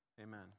amen